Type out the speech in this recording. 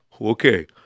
Okay